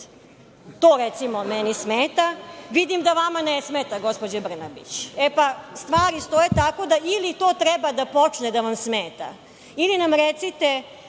To, recimo, meni smeta. Vidim da vama ne smeta, gospođo Brnabić. E pa, stvari stoje tako da ili to treba da počne da vam smeta, ili nam recite,